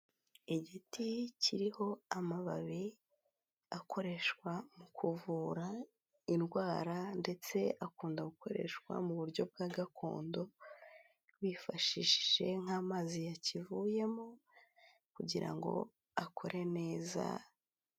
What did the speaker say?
Igiti kiriho amababi akoreshwa mu kuvura indwara ndetse akunda gukoreshwa mu buryo bwa gakondo, wifashishije nk'amazi yakivuyemo kugira ngo akore neza.